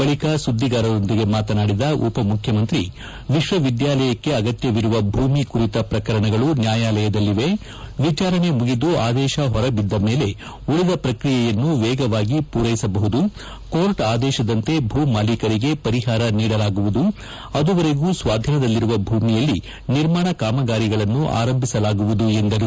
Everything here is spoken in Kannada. ಬಳಿಕ ಸುದ್ದಿಗಾರರೊಂದಿಗೆ ಮಾತನಾಡಿದ ಉಪಮುಖ್ಯಮಂತ್ರಿ ವಿಶ್ವವಿದ್ಯಾಲಯಕ್ಕೆ ಅಗತ್ಯವಿರುವ ಭೂಮಿ ಕುರಿತ ಪ್ರಕರಣಗಳು ನ್ಯಾಯಾಲಯದಲ್ಲಿವೆ ವಿಚಾರಣೆ ಮುಗಿದು ಆದೇಶ ಹೊರಬಿದ್ದ ಮೇಲೆ ಉಳಿದ ಪ್ರಕ್ರಿಯೆಯನ್ನು ವೇಗವಾಗಿ ಪೂರೈಸಬಹುದು ಕೋರ್ಟ್ ಆದೇಶದಂತೆ ಭೂ ಮಾಲಿಕರಿಗೆ ಪರಿಹಾರ ನೀಡಲಾಗುವುದು ಅದುವರೆಗೂ ಸ್ವಾಧೀನದಲ್ಲಿರುವ ಭೂಮಿಯಲ್ಲಿ ನಿರ್ಮಾಣ ಕಾಮಗಾರಿಗಳನ್ನು ಆರಂಭಿಸಲಾಗುವುದು ಎಂದರು